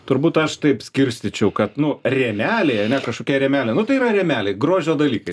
turbūt aš taip skirstyčiau kad nu rėmeliai ane kažkokie rėmeliai nu tai yra rėmeliai grožio dalykai